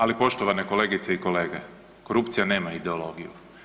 Ali poštovane kolegice i kolege korupcija nema ideologiju.